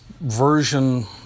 version